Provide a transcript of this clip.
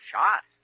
Shot